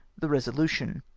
the resolution.